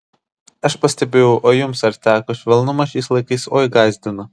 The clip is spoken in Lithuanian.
aš pastebėjau o jums ar teko švelnumas šiais laikais oi gąsdina